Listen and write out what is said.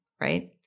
right